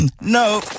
no